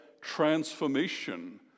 transformation